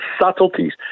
subtleties